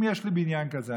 אם יש לי בניין כזה,